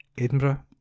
Edinburgh